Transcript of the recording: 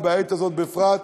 ובעת הזאת בפרט.